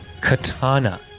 katana